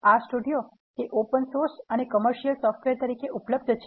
R studio open source અને commercial software તરીકે ઉપલબ્ધ છે